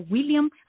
William